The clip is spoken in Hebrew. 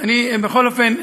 בכל אופן,